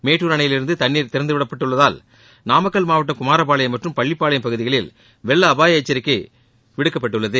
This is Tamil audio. மேட்டூர் அணையிலிருந்து தண்ணீர் திறந்துவிடப்பட்டுள்ளதால் நாமக்கல் மாவட்டம் குமாரபாளையம் மற்றும் பள்ளிப்பாளையம் பகுதிகளில் வெள்ள அபாய எச்சரிக்கை விடுக்கப்பட்டுள்ளது